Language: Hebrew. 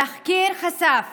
התחקיר חשף